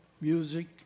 music